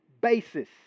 basis